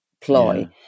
ploy